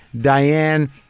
Diane